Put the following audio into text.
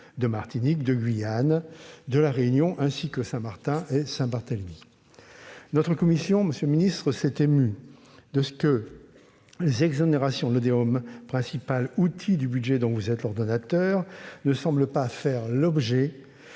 de Martinique, de Guyane, de La Réunion ainsi que de Saint-Martin et Saint-Barthélemy. Monsieur le ministre, notre commission s'est émue de ce que les exonérations Lodéom, principal outil du budget dont vous êtes l'ordonnateur, semblent non pas faire l'objet